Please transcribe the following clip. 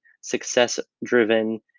success-driven